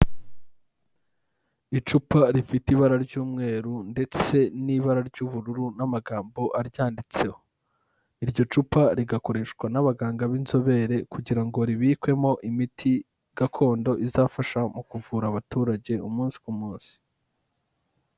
Icupa rifite ibara ry'umweru ndetse n'ibara ry'ubururu n'amagambo aryanditseho. Iryo cupa rigakoreshwa n'abaganga b'inzobere kugira ngo ribikwemo imiti gakondo izafasha mu kuvura abaturage umunsi ku munsi.